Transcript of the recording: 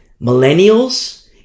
millennials